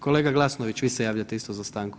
Kolega Glasnović vi se javljate isto za stanku.